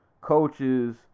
coaches